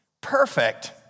perfect